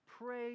pray